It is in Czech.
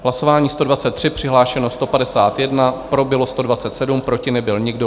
Hlasování číslo 123, přihlášeno 151, pro bylo 127, proti nebyl nikdo.